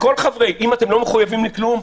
אם אתם לא מחויבים לכלום,